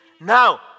now